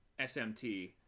SMT